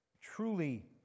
truly